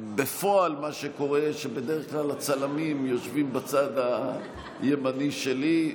בפועל מה שקורה הוא שבדרך כלל הצלמים יושבים בצד הימני שלי.